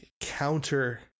counter